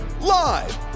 live